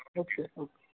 ਸਤਿ ਸ਼੍ਰੀ ਅਕਾਲ